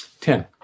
Ten